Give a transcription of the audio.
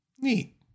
neat